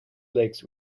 lakes